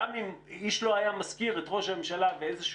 גם אם איש לא היה מזכיר את ראש הממשלה באיזשהו